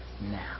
now